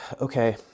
okay